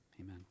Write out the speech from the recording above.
Amen